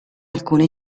alcune